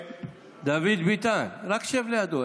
דוד ביטן, רק שב לידו.